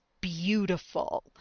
beautiful